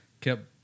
kept